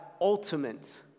ultimate